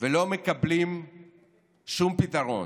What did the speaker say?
ולא מקבלים שום פתרון.